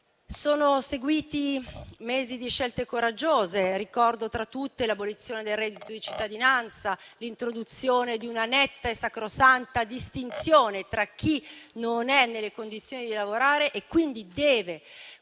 poi seguiti mesi di scelte coraggiose; ricordo tra tutte l'abolizione del reddito di cittadinanza, l'introduzione di una netta e sacrosanta distinzione tra chi non è nelle condizioni di lavorare e, quindi, deve continuare